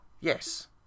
Yes